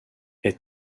est